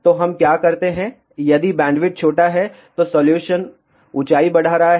तो हम क्या करते हैं यदि बैंडविड्थ छोटा है तो सॉल्यूशन ऊंचाई बढ़ा रहा है